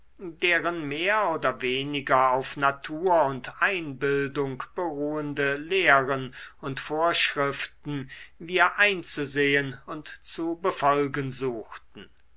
deren mehr oder weniger auf natur und einbildung beruhende lehren und vorschriften wir einzusehen und zu befolgen suchten